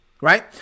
right